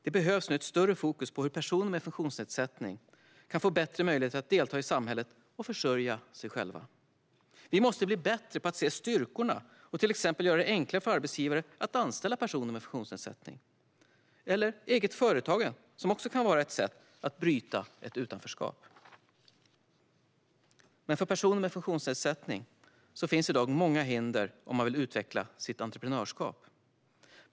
Det behövs dock ett större fokus på hur personer med funktionsnedsättning kan få bättre möjligheter att delta i samhället och försörja sig själva. Vi måste bli bättre på att se styrkorna och till exempel göra det enklare för arbetsgivare att anställa personer med funktionsnedsättning. Eget företagande kan också vara ett sätt att bryta ett utanförskap. För personer med funktionsnedsättning finns i dag många hinder om de vill utveckla sitt entreprenörskap.